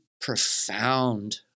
profound